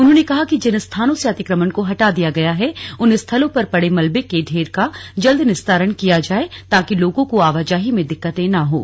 उन्होंने कहा कि जिन स्थानों से अतिक्रण को हटा दिया गया है उन स्थलों पर पड़े मलबे के ढ़ेर का जल्द निस्तारण किया जाए ताकि लोगों को आवाजाही में दिक्क्तें न हों